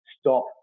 stop